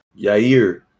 Yair